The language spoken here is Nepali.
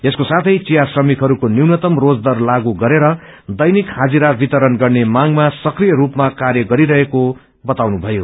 यसको साथै चिया श्रमिकहरूको न्यूनतम रोजदर लागे गरेर दैनिक हाजिरा वितरण गर्ने मागमा सक्रिय रूपमा कार्य गरिरहेको बताउनुभयो